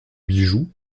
bijoux